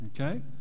Okay